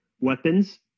weapons